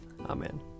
Amen